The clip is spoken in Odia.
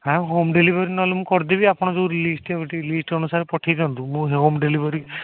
ହଁ ହୋମ୍ ଡେଲିଭରୀ ନହେଲେ ମୁଁ କରଦେବି ଆପଣ ଯେଉଁ ଲିଷ୍ଟ ହେବ ଟିକେ ଲିଷ୍ଟ ଅନୁସାରେ ପଠାଇ ଦିଅନ୍ତୁ ମୁଁ ହୋମ୍ ଡେଲିଭରୀ